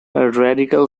radical